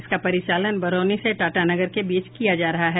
इसका परिचालन बरौनी से टाटानगर के बीच किया जा रहा है